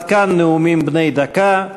עד כאן נאומים בני דקה.